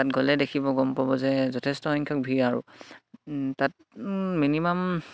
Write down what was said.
তাত গ'লে দেখিব গম পাব যে যথেষ্ট সংখ্যক ভিৰ আৰু তাত মিনিমাম